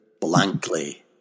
blankly